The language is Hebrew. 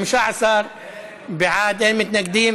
15 בעד, אין מתנגדים.